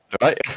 right